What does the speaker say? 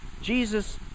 Jesus